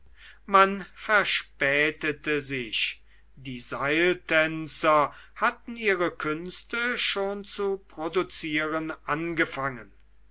man verspätete sich die seiltänzer hatten ihre künste schon zu produzieren angefangen